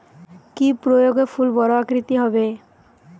কি প্রয়োগে ফুল বড় আকৃতি হবে?